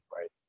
right